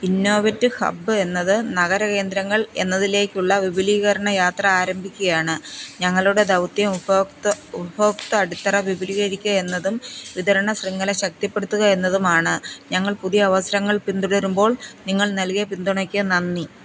innovate hub എന്നത് നഗര കേന്ദ്രങ്ങൾ എന്നതിലേക്കുള്ള വിപുലീകരണ യാത്ര ആരംഭിക്കുകയാണ് ഞങ്ങളുടെ ദൗത്യം ഉപഭോക്തൃ ഉപഭോക്തൃ അടിത്തറ വിപുലീകരിക്കുക എന്നതും വിതരണ ശൃംഖല ശക്തിപ്പെടുത്തുക എന്നതുമാണ് ഞങ്ങൾ പുതിയ അവസരങ്ങൾ പിന്തുടരുമ്പോൾ നിങ്ങൾ നൽകിയ പിന്തുണയ്ക്ക് നന്ദി